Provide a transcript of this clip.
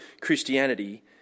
Christianity